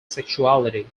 sexuality